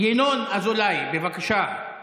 ינון אזולאי, בבקשה.